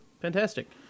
fantastic